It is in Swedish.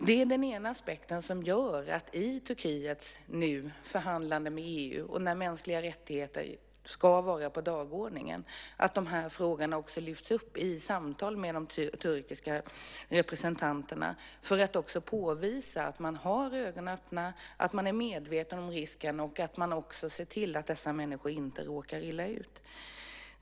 Det är den ena aspekten som gör att det är viktigt att man i Turkiets förhandlande med EU, där mänskliga rättigheter ska vara på dagordningen, lyfter upp de här frågorna i samtalen med de turkiska representanterna för att påvisa att man har ögonen öppna, att man är medveten om risken och att man också ser till att dessa människor inte råkar illa ut.